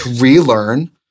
relearn